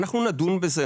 אנחנו נדון בזה,